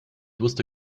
wusste